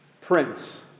Prince